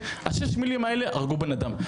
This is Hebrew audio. ששת המילים האלה הרגו בן אדם.